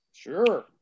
Sure